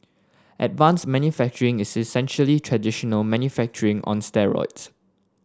advanced manufacturing is essentially traditional manufacturing on steroids